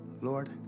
Lord